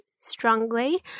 strongly